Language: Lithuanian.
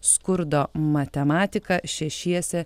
skurdo matematika šešiese